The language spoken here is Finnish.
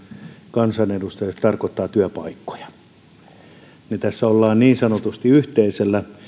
kansanedustajana se tarkoittaa työpaikkoja me tässä olemme niin sanotusti yhteisellä